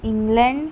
England